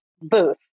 booth